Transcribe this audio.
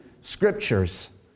scriptures